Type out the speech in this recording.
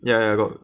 ya ya got